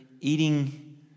eating